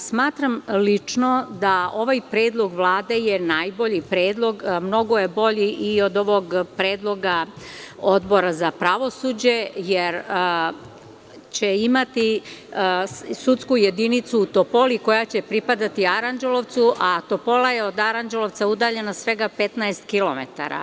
Lično smatram, da ovaj predlog Vlade je najbolji predlog, mnogo je bolji i od ovog predloga Odbora za pravosuđe, jer će imati sudsku jedinicu u Topoli koja će pripadati Aranđelovcu, a Topola je od Aranđelovca udaljena svega 15 kilometara.